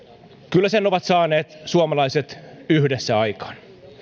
kyllä sen ovat saaneet suomalaiset yhdessä aikaan